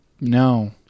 No